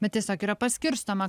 bet tiesiog yra paskirstoma